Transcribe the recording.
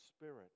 spirit